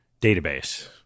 database